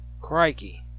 Crikey